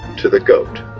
to the goat.